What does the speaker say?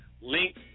link